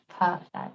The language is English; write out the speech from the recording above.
Perfect